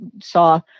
saw